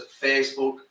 Facebook